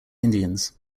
indians